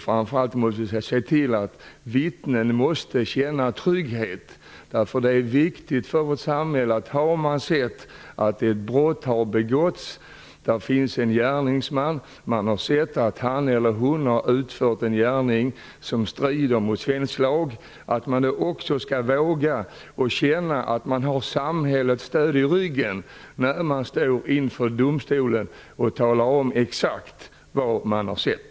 Framför allt måste vi se till att vittnen känner trygghet. Det är viktigt för vårt samhälle att de som har sett någon utföra en gärning som strider mot svensk lag också känner att de har samhällets stöd i ryggen när de står inför domstolen och talar om exakt vad de har sett.